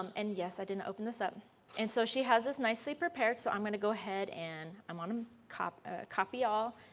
um and yes i didn't open this up and so she has this nicely prepared. so i am going to go ahead and i want to copy ah copy all